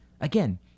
Again